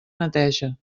neteja